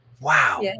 Wow